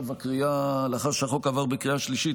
נהוג לומר תודות לאחר שהחוק עבר בקריאה שלישית,